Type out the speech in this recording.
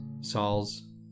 Saul's